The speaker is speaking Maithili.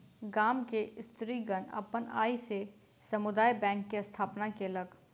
गाम के स्त्रीगण अपन आय से समुदाय बैंक के स्थापना केलक